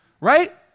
right